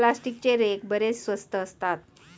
प्लास्टिकचे रेक बरेच स्वस्त असतात